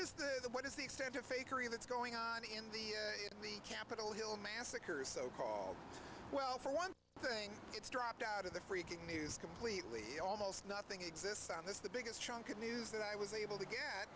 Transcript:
that's going on in the in the capitol hill massacre so called well for one thing it's dropped out of the freaking news completely almost nothing exists on this the biggest chunk of news that i was able to get